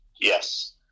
yes